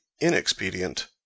inexpedient